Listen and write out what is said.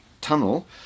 tunnel